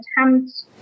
attempt